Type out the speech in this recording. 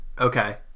Okay